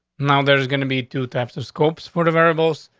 now there is going to be two types of scopes for the variables.